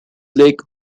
lake